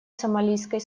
сомалийской